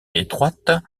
étroites